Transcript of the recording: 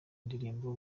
ndirimbo